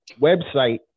website